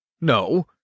No